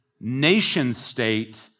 nation-state